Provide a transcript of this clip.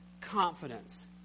confidence